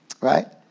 Right